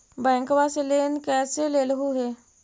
बैंकवा से लेन कैसे लेलहू हे?